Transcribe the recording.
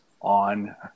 on